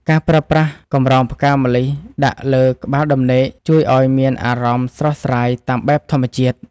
ការប្រើប្រាស់កំរងផ្កាម្លិះដាក់ក្បែរក្បាលដំណេក ជួយឱ្យមានអារម្មណ៍ស្រស់ស្រាយតាមបែបធម្មជាតិ។